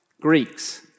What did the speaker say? Greeks